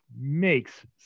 makes